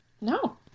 No